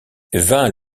vingt